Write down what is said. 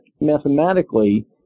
mathematically